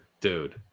Dude